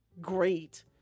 great